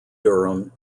durham